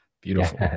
Beautiful